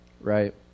right